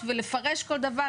למרות שאחד מחברי הוועדה,